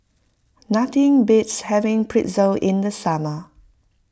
nothing beats having Pretzel in the summer